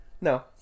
No